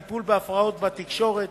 טיפול בהפרעות בתקשורת